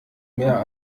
mehr